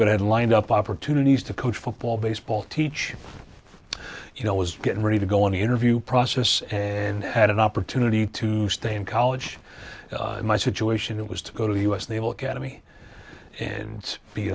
but had lined up opportunities to coach football baseball teach you know was getting ready to go on the interview process and had an opportunity to stay in college my situation it was to go to the u s naval academy and be